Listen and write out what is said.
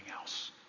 else